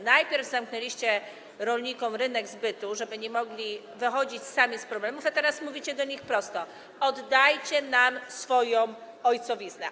Najpierw zamknęliście rolnikom rynek zbytu, żeby nie mogli wychodzić sami z problemów, a teraz mówicie do nich wprost: oddajcie nam swoją ojcowiznę.